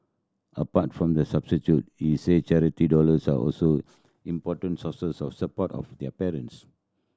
apart from the he said charity dollars are also important sources of support of their parents